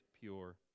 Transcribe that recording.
pure